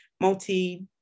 multi